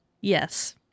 Yes